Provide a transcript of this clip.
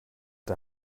der